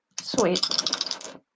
Sweet